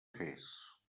fes